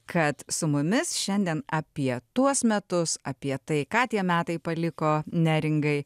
kad su mumis šiandien apie tuos metus apie tai ką tie metai paliko neringai